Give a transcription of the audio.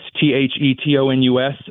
T-H-E-T-O-N-U-S